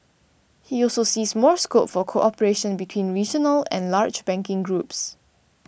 he also sees more scope for cooperation between regional and large banking groups